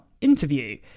interview